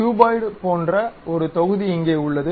cuboid போன்ற ஒரு தொகுதி இங்கே உள்ளது